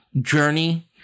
journey